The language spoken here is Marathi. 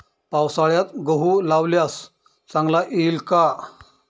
पावसाळ्यात गहू लावल्यास चांगला येईल का?